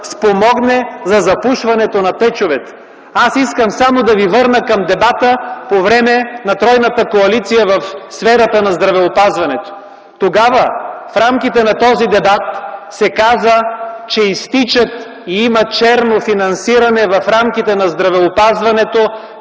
спомогне да запушването на течовете. Аз искам само да ви върна към дебата по време на тройната коалиция, в сферата на здравеопазването. Тогава в рамките на този дебат се каза, че изтичат и има черно финансиране в рамките на здравеопазването